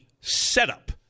setup